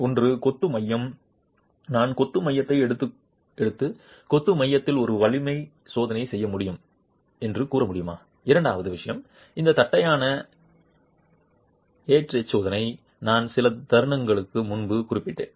ஒன்று கொத்து மையம் நான் கொத்து மையத்தை எடுத்து கொத்து மையத்தில் ஒரு வலிமை சோதனை செய்ய முடியும் என்று கூற முடியுமா இரண்டாவது விஷயம் இந்த தட்டையான ஏற்றி சோதனை நான் சில தருணங்களுக்கு முன்பு குறிப்பிட்டேன்